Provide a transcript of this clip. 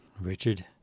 Richard